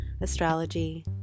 astrology